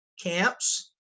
camps